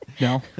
no